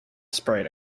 sprayed